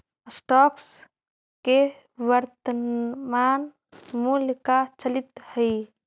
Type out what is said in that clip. stocks के वर्तनमान मूल्य का चलित हइ